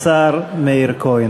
השר מאיר כהן.